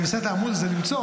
אני מנסה את העמוד הזה למצוא,